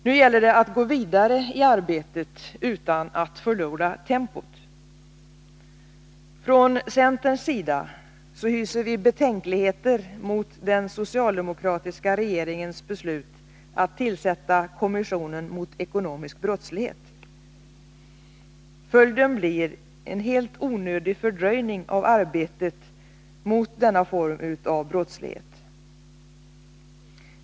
Nu gäller det att gå vidare i arbetet utan att förlora tempot. Från centerns sida hyser vi betänkligheter mot den socialdemokratiska regeringens beslut att tillsätta kommissionen mot ekonomisk brottslighet. Följden blir en helt onödig fördröjning av arbetet mot denna form av brottslighet.